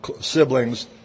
siblings